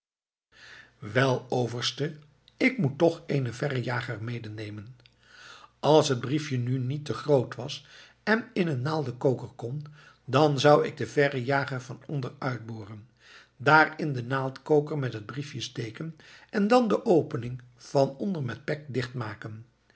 wel overste ik moet toch eenen verrejager medenemen als het briefje nu niet te groot was en in een naaldenkoker kon dan zou ik den verrejager van onder uitboren daarin den naaldenkoker met het briefje steken en dan de opening van onder met pek